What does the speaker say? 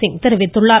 சிங் தெரிவித்துள்ளார்